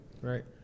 right